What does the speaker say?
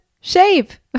shave